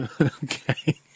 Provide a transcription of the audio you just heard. Okay